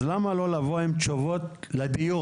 אז למה לא לבוא עם תשובות לדיון?